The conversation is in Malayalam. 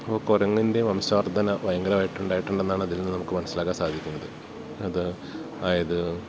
അപ്പം കുരങ്ങിൻ്റെ വംഷാർഥന ഭയങ്കരമായിട്ട് ഉണ്ടായിട്ടുണ്ട് എന്നാണ് അതിൽ നിന്ന് നമുക്ക് മനസ്സിലാക്കാൻ സാധിക്കുന്നത് അത് ആയത്